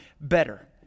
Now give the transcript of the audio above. better